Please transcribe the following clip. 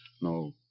No